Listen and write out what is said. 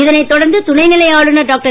இதனைத்தொடர்ந்து துணைநிலைஆளுனர்டாக்டர்